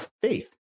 faith